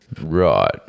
Right